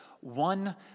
One